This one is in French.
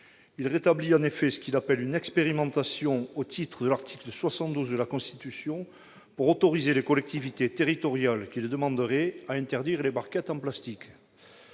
à rétablir ce que le Gouvernement appelle une « expérimentation au titre de l'article 72 de la Constitution ». Il s'agit d'autoriser les collectivités territoriales qui le demanderaient à interdire les barquettes en plastique